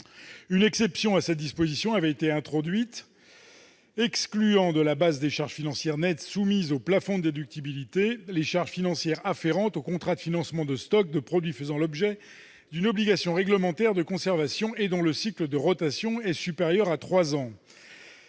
Une exception à cette disposition avait été introduite, qui excluait de la base des charges financières nettes soumises au plafonnement de déductibilité les charges financières afférentes aux contrats de financement de stocks de produits faisant l'objet d'une obligation réglementaire de conservation et dont le cycle de rotation est supérieur à trois ans.